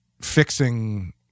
fixing